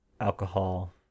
alcohol